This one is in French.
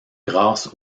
grâce